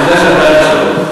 אני יודע שאת בעד השלום.